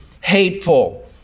hateful